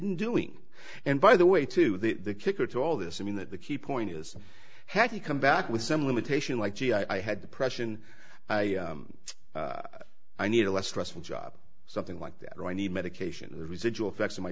in doing and by the way to the kicker to all this i mean that the key point is had you come back with some limitation like i had depression i i need a less stressful job something like that or i need medication residual effects of my